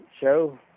show